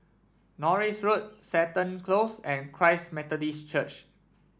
Norris Road Seton Close and Christ Methodist Church